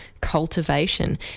cultivation